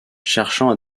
cherchant